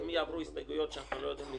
הוא לא פנוי,